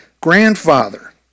grandfather